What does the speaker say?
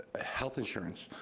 health insurance,